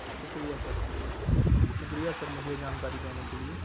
شکریہ سر شکریہ سر مجھے جانکاری دینے کے لیے